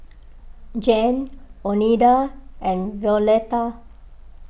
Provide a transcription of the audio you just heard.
Gene oneida and Violetta